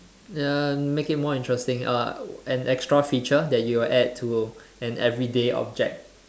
uh make it more interesting uh an extra feature that you would add to an everyday object